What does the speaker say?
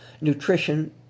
nutrition